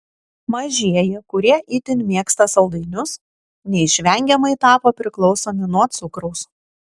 mažieji kurie itin mėgsta saldainius neišvengiamai tapo priklausomi nuo cukraus